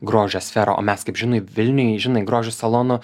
grožio sferą o mes kaip žinai vilniuj žinai grožio salonų